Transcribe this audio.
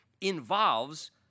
involves